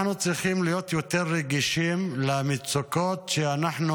אנחנו צריכים להיות יותר רגישים למצוקות שאנחנו